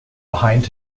behind